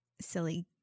silly